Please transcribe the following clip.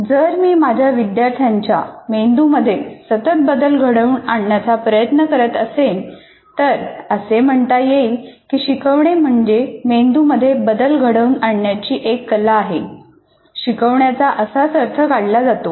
जर मी माझ्या विद्यार्थ्यांच्या मेंदूमध्ये सतत बदल घडवून आणण्याचा प्रयत्न करत असेन तर असे म्हणता येईल की शिकवणे म्हणजे मेंदूमध्ये बदल घडवून आणण्याची एक कला आहे शिकवण्याचा असाच अर्थ काढला जातो